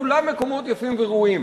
כולם מקומות יפים וראויים,